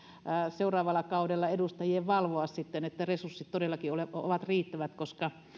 seuraavalla kaudella sitten valvoa että resurssit ovat riittävät koska